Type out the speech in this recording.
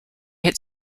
hit